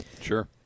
Sure